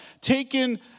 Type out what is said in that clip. taken